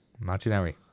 Imaginary